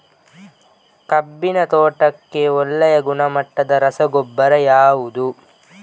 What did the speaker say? ಕಬ್ಬಿನ ತೋಟಕ್ಕೆ ಒಳ್ಳೆಯ ಗುಣಮಟ್ಟದ ರಸಗೊಬ್ಬರ ಯಾವುದು?